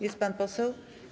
Jest pan poseł?